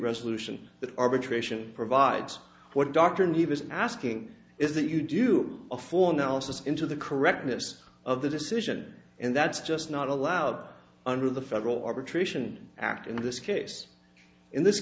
resolution that arbitration provides what doctrine he was asking is that you do a for analysis into the correctness of the decision and that's just not allowed under the federal arbitration act in this case in this